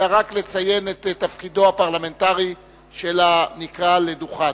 אלא רק לציין את תפקידו הפרלמנטרי של הנקרא לדוכן.